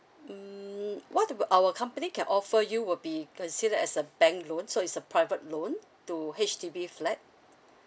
mm what uh bu~ our company can offer you will be considered as a bank loan so is a private loan to H_D_B flat